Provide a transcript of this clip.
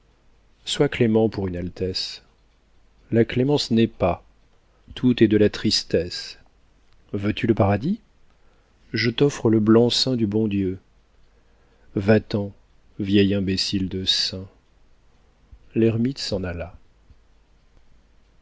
sois clément pour une altesse la clémence n'est pas tout est de la tristesse veux-tu le paradis je t'offre le blanc seing du bon dieu va-t'en vieil imbécile de saint l'ermite s'en alla